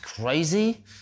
crazy